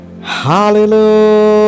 Hallelujah